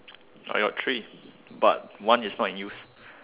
I got three but one is not in use